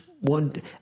one